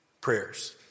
prayers